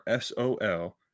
SOL